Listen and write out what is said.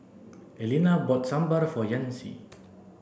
Elena bought Sambar for Yancy